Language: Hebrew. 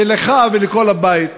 ולך, ולכל הבית,